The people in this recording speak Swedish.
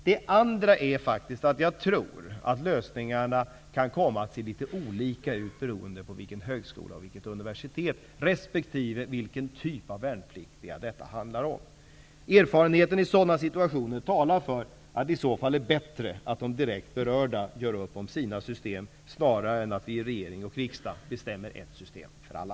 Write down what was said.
Det andra skälet är att jag tror att lösningarna kan komma att se litet olika ut beroende på vilken högskola och vilket universitet, respektive vilken typ av värnpliktiga det handlar om. Erfarenheten av sådana situationer talar för att det är bättre att de direkt berörda gör upp om sina system, snarare än att regering och riksdag bestämmer ett system för alla.